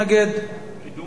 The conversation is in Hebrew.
קידום מעמד האשה.